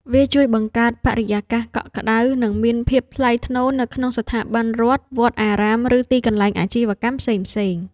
វាជួយបង្កើតបរិយាកាសកក់ក្ដៅ និងមានភាពថ្លៃថ្នូរនៅក្នុងស្ថាប័នរដ្ឋ វត្តអារាម ឬទីកន្លែងអាជីវកម្មផ្សេងៗ។